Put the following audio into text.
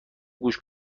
گوش